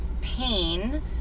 pain